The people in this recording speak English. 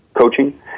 coaching